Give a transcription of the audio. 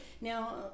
now